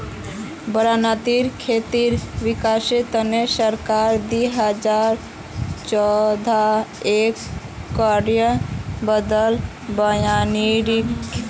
बारानीत खेतीर विकासेर तने सरकार दो हजार चौदहत एक कार्य दल बनैय्यालकी